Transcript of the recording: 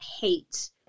hate